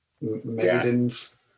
maidens